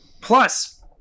Plus